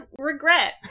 regret